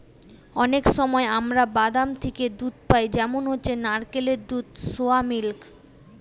অনেক সময় আমরা বাদাম থিকে দুধ পাই যেমন হচ্ছে নারকেলের দুধ, সোয়া মিল্ক